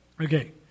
Okay